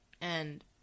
and-